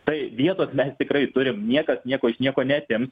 tai vietos mes tikrai turim niekas nieko iš nieko neatims